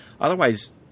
Otherwise